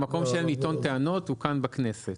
המקום שלהם לטעון טענות הוא כאן בכנסת.